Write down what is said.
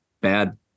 bad